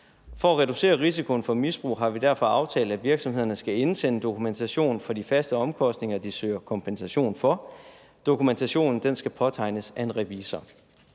For at reducere risikoen for misbrug har vi derfor aftalt, at virksomhederne skal indsende dokumentation for de faste omkostninger, de søger kompensation for. Dokumentationen skal påtegnes af en revisor.